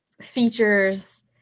features